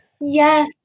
Yes